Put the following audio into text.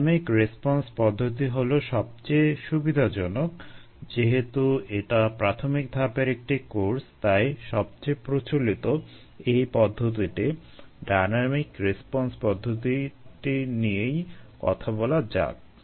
dynamic response পদ্ধতি হলো সবচেয়ে সুবিধাজনক যেহেতু এটা প্রাথমিক ধাপের একটি কোর্স তাই সবচেয়ে প্রচলিত এই পদ্ধতিটি ডাইন্যামিক রেসপন্স পদ্ধতিটি নিয়েই কথা বলা যাক